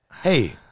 Hey